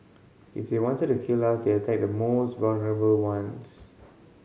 if they wanted to kill us they attack the most vulnerable ones